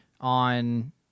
on